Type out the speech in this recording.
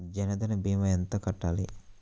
జన్ధన్ భీమా ఎంత కట్టాలి?